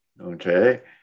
Okay